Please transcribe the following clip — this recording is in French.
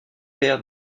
père